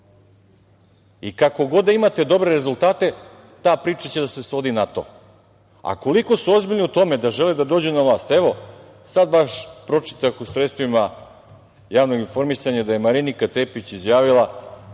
i, kako god da imate dobre rezultate, ta priča će da se svodi na to. Koliko su ozbiljni u tome da žele da dođu na vlast? Sada baš pročitah u sredstvima javnog informisanja da je Marinika Tepić izjavila